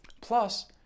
Plus